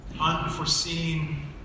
unforeseen